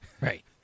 right